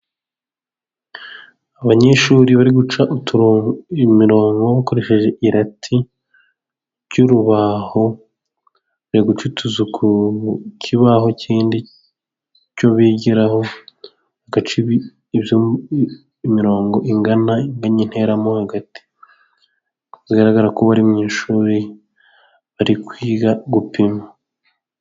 Abanyeshuri bari guca imirongo bakoresheje irati ry'urubaho, bari guca utuzu ku kibaho kindi cyo bigiraho. Bari guca imirongo inganya intera mo hagati, bigaragara ko bari mu ishuri bari kwiga gupima.